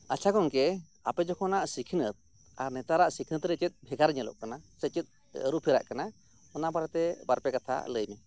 ᱟᱪᱪᱷᱟ ᱜᱚᱢᱠᱮ ᱟᱯᱮ ᱡᱚᱠᱷᱚᱱᱟᱜ ᱥᱤᱠᱷᱱᱟᱹᱛ ᱟᱨ ᱱᱮᱛᱟᱨᱟᱜ ᱥᱤᱠᱷᱱᱟᱹᱛ ᱨᱮ ᱪᱮᱫ ᱵᱷᱮᱜᱟᱨ ᱧᱮᱞᱚᱜ ᱠᱟᱱᱟ ᱥᱮ ᱪᱮᱫ ᱟᱨᱩ ᱯᱷᱮᱨᱟᱜ ᱠᱟᱱᱟ ᱚᱱᱟ ᱵᱟᱨᱮ ᱛᱮ ᱵᱟᱨ ᱯᱮ ᱠᱟᱛᱷᱟ ᱞᱟᱹᱭ ᱢᱮ